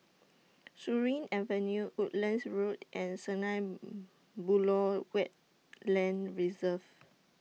Surin Avenue Woodlands Road and Sunlight Buloh Wetland Reserve